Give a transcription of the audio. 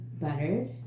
buttered